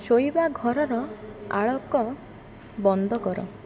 ଶୋଇବା ଘରର ଆଲୋକ ବନ୍ଦ କର